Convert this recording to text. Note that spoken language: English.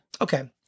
Okay